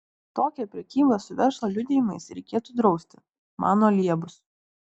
tokią prekybą su verslo liudijimais reikėtų drausti mano liebus